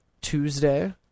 Tuesday